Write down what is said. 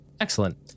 Excellent